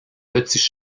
petits